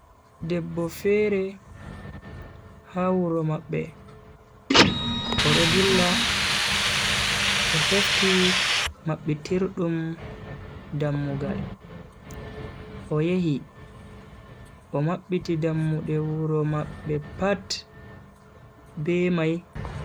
Debbo fere ha wuro mabbe odo dilla o hefti mabbitirdum dammugal. O yehi o mabbiti dammude wuro mabbe pat be mai.